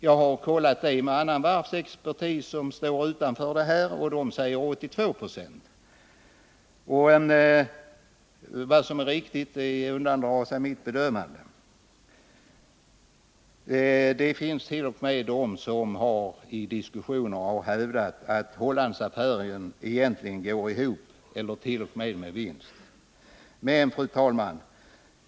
Jag har kollat detta med utanförstående varvsexpertis, som säger 82 Zo. Vad som är riktigt undandrar sig mitt bedömande. Det finns t.o.m. de som i diskussionen har hävdat att Hollandsaffären egentligen går ihop eller t.o.m. går med vinst. Fru talman!